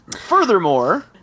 Furthermore